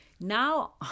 now